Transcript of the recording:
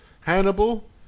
Hannibal